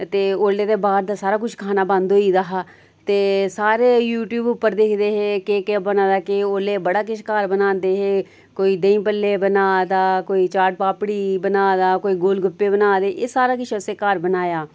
ते उल्लै ते बार ते सारा कुछ खाना बंद होई गेदा हा ते सारे यूट्यूब उप्पर दिखदे हे केह् केह् बना दा औल्लै बड़ा किश घर बनांदे हे कोई देहीं पल्ले बना दा कोई चाट पापड़ी बना दा कोई गोलगप्पे बना दे एह् सारा किश असें घर बनाया